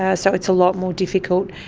ah so it's a lot more difficult,